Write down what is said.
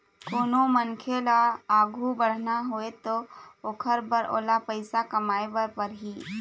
कोनो मनखे ल आघु बढ़ना हवय त ओखर बर ओला पइसा कमाए बर परही